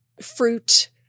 fruit